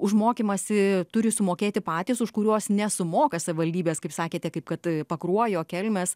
už mokymąsi turi sumokėti patys už kuriuos nesumoka savivaldybės kaip sakėte kaip kad pakruojo kelmės